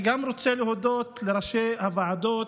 אני גם רוצה להודות לראשי הוועדות.